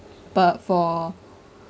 but for